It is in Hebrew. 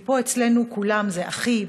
כי פה אצלנו כולם "אחי",